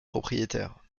propriétaire